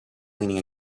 leaning